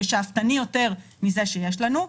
יעד שאפתני יותר מזה שיש לנו,